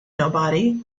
nobody